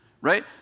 right